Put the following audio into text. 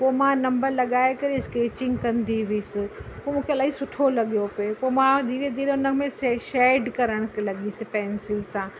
पोइ मां नम्बर लॻाए करे स्कैचिंग कंदी हुअसि पोइ मूंखे इलाही सुठो लॻियो पए पोइ मां धीरे धीरे उन में शे शेड करणु लॻियसि पैंसिल सां